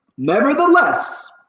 Nevertheless